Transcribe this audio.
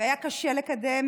והיה קשה לקדם,